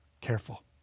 careful